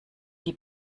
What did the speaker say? die